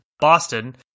Boston